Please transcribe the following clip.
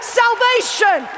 salvation